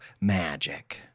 magic